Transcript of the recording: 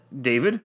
David